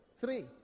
Three